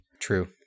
True